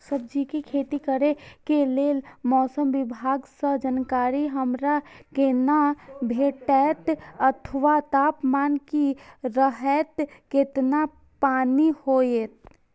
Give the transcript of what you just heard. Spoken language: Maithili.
सब्जीके खेती करे के लेल मौसम विभाग सँ जानकारी हमरा केना भेटैत अथवा तापमान की रहैत केतना पानी होयत?